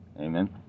amen